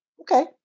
Okay